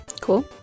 Cool